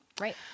right